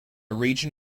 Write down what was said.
region